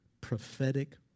Prophetic